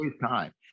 time